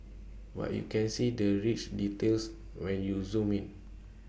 but you can see the rich details when you zoom in